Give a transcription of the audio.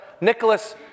Nicholas